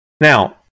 Now